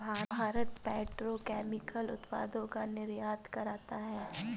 Bharat petrochemicals उत्पादों का निर्यात करता है